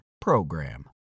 PROGRAM